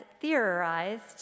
theorized